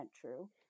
true